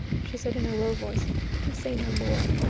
she said in a low voice. i can say no more.